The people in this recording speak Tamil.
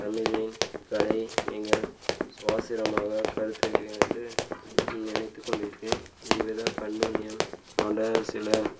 தமிழின் கலை நிகழ் ஸ்வாசிரமாக கருத்துகிறேன் என்று நினைத்து கொண்டு இருக்கிறேன் இவ்வித பண்புகளையும் போன்ற சில